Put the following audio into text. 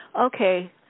Okay